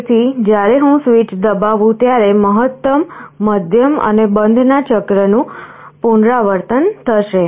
તેથી જ્યારે હું સ્વીચ દબાવું ત્યારે મહત્તમ મધ્યમઅને બંધ ના ચક્ર નું પુનરાવર્તન થશે